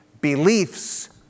beliefs